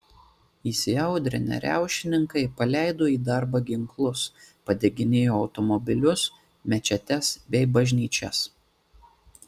įsiaudrinę riaušininkai paleido į darbą ginklus padeginėjo automobilius mečetes bei bažnyčias